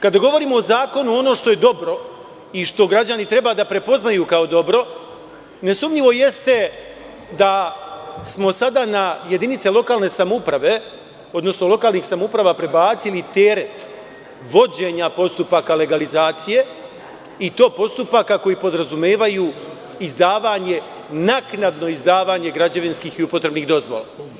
Kada govorimo o zakonu, ono što je dobro i što građani trebaju da prepoznaju kao dobro jeste da smo sada na jedinice lokalne samouprave odnosno lokalnih samouprava prebacili teret vođenja postupaka legalizacije i to postupaka koji podrazumevaju naknadno izdavanje građevinskih i upotrebnih dozvola.